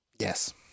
Yes